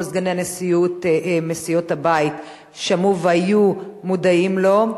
כל חברי הנשיאות מסיעות הבית שמעו והיו מודעים לו,